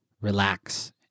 relax